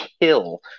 kill